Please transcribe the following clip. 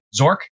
Zork